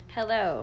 Hello